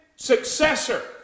successor